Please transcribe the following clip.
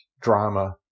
drama